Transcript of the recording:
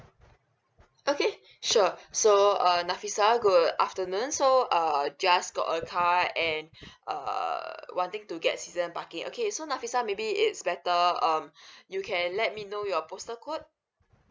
okay sure so uh nafisah good afternoon so err just got a car and uh wanting to get season parking okay so nafisah maybe it's better um you can let me know your postal code